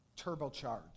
turbocharged